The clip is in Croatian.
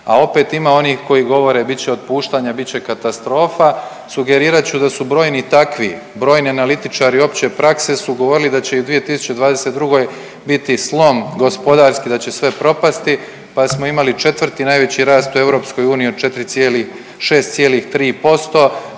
a opet ima onih koji govore bit će otpuštanja, bit će katastrofa, sugerirat ću da su brojni takvi, brojni analitičari opće prakse su govorili da će i u 2022. biti slom gospodarski da će sve propasti pa smo imali četvrti najveći rast u EU od 6,3%